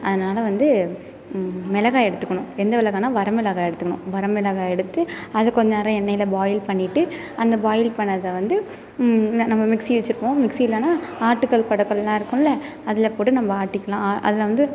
அதனால வந்து மிளகாய் எடுத்துக்கணும் எந்த மிளகாய்னா வரமிளகாய் எடுத்துக்கணும் வரமிளகாய் எடுத்து அதை கொஞ்சம் நேரம் எண்ணெயில் பாயில் பண்ணிட்டு அந்த பாயில் பண்ணதை வந்து இந்த நம்ம மிக்சி வச்சுருப்போம் மிக்சி இல்லைன்னா ஆட்டுக்கல் குடக்கல்லுலாம் இருக்கும்ல அதில் போட்டு நம்ம ஆட்டிக்கலாம் அதில் வந்து